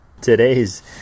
today's